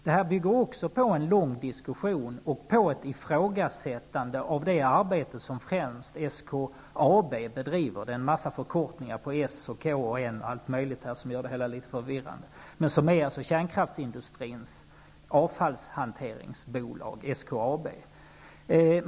Detta bygger också på en lång diskussion och på ett ifrågasättande av det arbete som främst SKAB bedriver. Här förekommer en mängd förkortningar på SK och allt möjligt, som gör det hela litet förvirrande. Men SKAB är alltså kärnkraftsindustrins avfallshanteringsbolag.